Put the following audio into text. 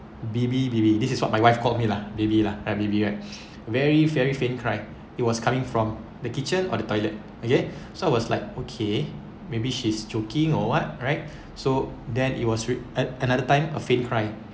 B_B B_B this is what my wife called me lah baby lah ha bb right very very faint cry it was coming from the kitchen or the toilet okay so I was like okay maybe she's joking or what right so then it was re~ at another time a faint cry